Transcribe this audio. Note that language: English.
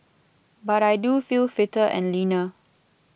but I do feel fitter and leaner